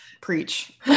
preach